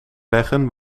leggen